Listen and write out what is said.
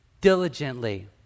diligently